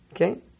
Okay